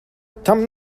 tam